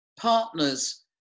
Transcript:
partners